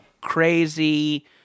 crazy